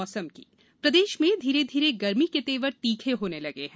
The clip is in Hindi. मौसम प्रदेश में धीरे धीरे गर्मी के तेवर तीखे होने लगे हैं